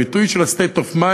הביטוי state of mind,